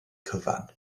cyfan